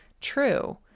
true